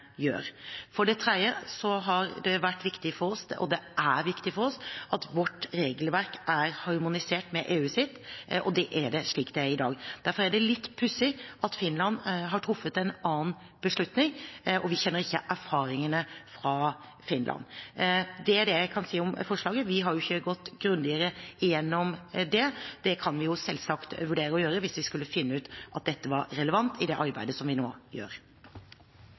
gjør. For det tredje har det vært – og er – viktig for oss at vårt regelverk er harmonisert med EUs regelverk, og det er det, slik det er i dag. Derfor er det litt pussig at Finland har truffet en annen beslutning, og vi kjenner ikke erfaringene fra Finland. Det er det jeg kan si om forslaget. Vi har jo ikke gått grundigere gjennom det. Det kan vi selvsagt vurdere å gjøre hvis vi skulle finne ut at dette er relevant i det arbeidet som vi nå gjør.